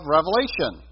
Revelation